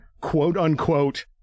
quote-unquote